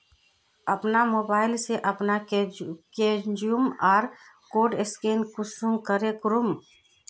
अपना मोबाईल से अपना कियु.आर कोड स्कैन कुंसम करे करूम?